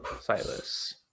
Silas